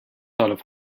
thought